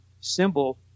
symbol